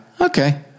okay